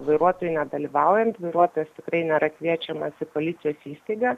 vairuotojui nedalyvaujant vairuotojas tikrai nėra kviečiamas į policijos įstaigą